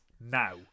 now